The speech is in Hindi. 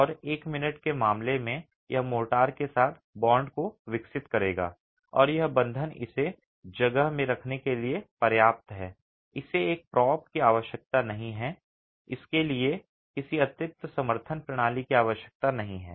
और एक मिनट के मामले में यह मोर्टार के साथ बांड को विकसित करेगा और यह बंधन इसे जगह में रखने के लिए पर्याप्त है इसे एक प्रोप की आवश्यकता नहीं है इसके लिए किसी अतिरिक्त समर्थन प्रणाली की आवश्यकता नहीं है